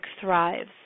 thrives